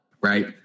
right